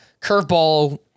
Curveball